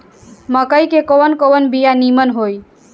मकई के कवन कवन बिया नीमन होई?